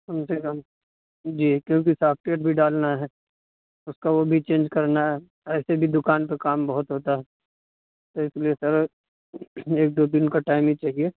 کم سے کم جی کیوں کہ سافٹ ویئر بھی ڈالنا ہے اس کا وہ بھی چینج کرنا ہے ایسے بھی دکان پہ کام بہت ہوتا ہے تو اس لیے سر ایک دو دن کا ٹائم ہی چاہیے